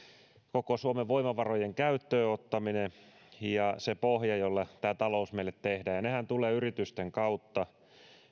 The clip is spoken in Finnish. koko suomen voimavarojen käyttöönottaminen se pohja jolle tämä talous meille tehdään tulee yritysten kautta